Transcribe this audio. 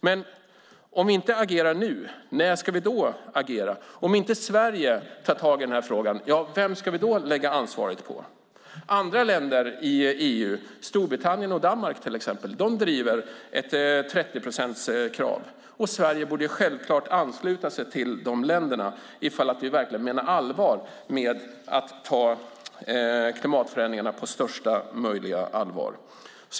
Men om vi inte agerar nu, när ska vi då agera? Om inte Sverige tar tag i den här frågan, vem ska vi då lägga ansvaret på? Andra länder i EU, till exempel Storbritannien och Danmark, driver ett 30-procentskrav. Sverige borde självklart ansluta sig till dessa länder om vi verkligen vill ta klimatförändringarna på största möjliga allvar.